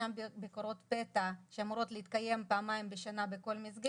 ישנן ביקורות פתע שאמורות להתקיים פעמיים בשנה בכל מסגרת.